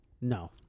No